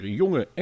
jonge